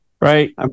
Right